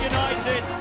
United